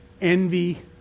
envy